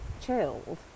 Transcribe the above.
chilled